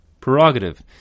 prerogative